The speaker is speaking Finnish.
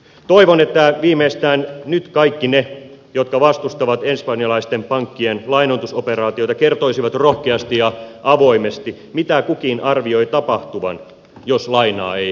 toivon että viimeistään nyt kaikki ne jotka vastustavat espanjalaisten pankkien lainoitusoperaatiota kertoisivat rohkeasti ja avoimesti mitä kukin arvioi tapahtuvan jos lainaa ei anneta